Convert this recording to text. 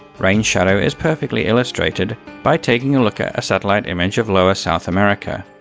rain shadow is perfectly illustrated by taking a look at a satellite image of lower south america.